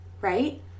right